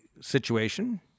situation